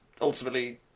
ultimately